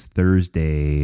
Thursday